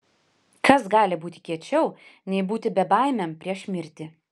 kas gali būti kiečiau nei būti bebaimiam prieš mirtį